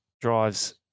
drives